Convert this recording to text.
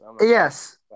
Yes